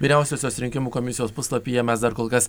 vyriausiosios rinkimų komisijos puslapyje mes dar kol kas